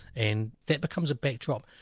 and that becomes a backdrop.